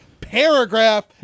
paragraph